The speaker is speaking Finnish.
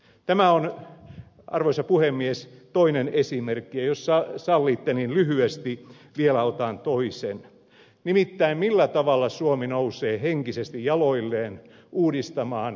tämä on arvoisa puhemies toinen esimerkki ja jos sallitte niin lyhyesti vielä otan toisen nimittäin millä tavalla suomi nousee henkisesti jaloilleen uudistamaan koulutus ja innovaatiojärjestelmän